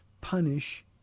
punish